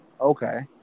Okay